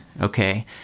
okay